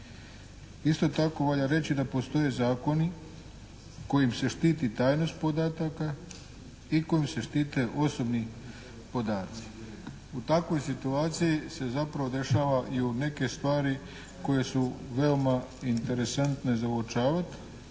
Isto tako valja reći da postoje zakoni kojim se štiti tajnost podataka i kojim se štite osobni podaci. U takvoj situaciji se zapravo dešava i u neke stvari koje su veoma interesantne za uočavati.